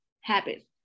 habits